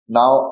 now